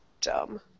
dumb